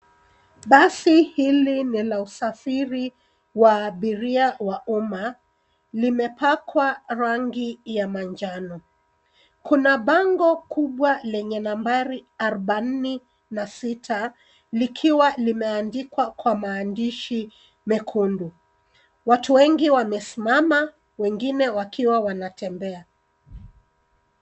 Basi hili ni la usafiri wa abiria wa umma. Limepakwa rangi ya manjano. Kuna bango kubwa lenye nambari arubaini na sita likiwa limeandikwa kwa maandishi mekundu. Watu wengi wamesimama wengine wakiwa wanatembea.